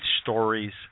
stories